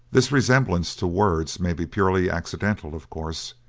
this resemblance to words may be purely accidental, of course,